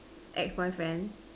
ex boyfriend